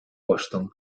boston